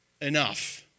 enough